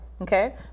Okay